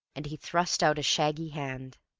and he thrust out a shaggy hand.